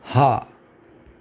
હા